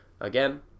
Again